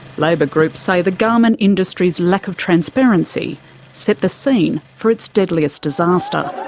labour groups say the garment industry's lack of transparency set the scene for its deadliest disaster.